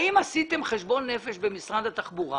האם עשיתם חשבון נפש במשרד התחבורה